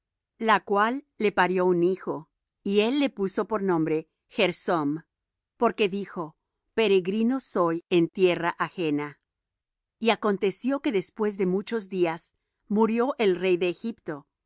la cual le parió un hijo y él le puso por nombre gersom porque dijo peregrino soy en tierra ajena y aconteció que después de muchos días murió el rey de egipto y